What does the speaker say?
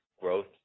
growth